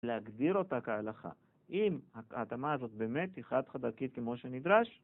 להגדיר אותה כהלכה אם ההתאמה הזאת באמת היא חד חד ערכית כמו שנדרש